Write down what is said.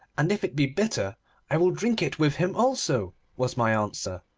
and if it be bitter i will drink it with him also, was my answer.